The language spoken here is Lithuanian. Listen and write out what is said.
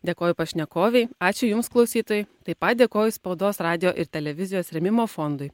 dėkoju pašnekovei ačiū jums klausytojai taip pat dėkoju spaudos radijo ir televizijos rėmimo fondui